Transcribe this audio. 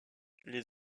les